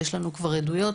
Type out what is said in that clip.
ויש לנו כבר עדויות,